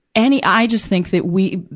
any i just think that we,